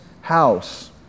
house